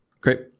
great